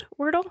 Wordle